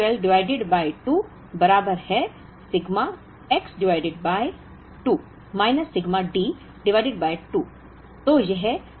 तो I 12 divided by 2 बराबर है sigma X divided by 2 minus sigma D divided by 2